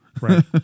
Right